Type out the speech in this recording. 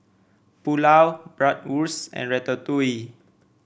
Pulao Bratwurst and Ratatouille